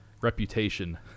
reputation